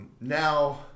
now